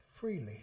freely